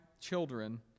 children